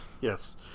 Yes